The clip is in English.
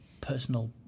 personal